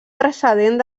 precedent